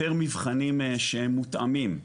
יותר מבחנים שמותאמים.